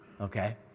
okay